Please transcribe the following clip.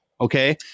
okay